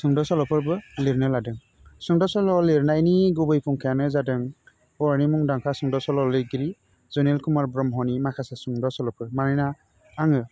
सुंद' सल'फोरबो लिरनो लादों सुंद' सल' लिरनायनि गुबै फुंखायानो जादों बर'नि मुंदांखा सुंद' सल' लिरगिरि जनिल कुमार ब्रह्मनि माखासे सुंद' सल'फोर मानोना आङो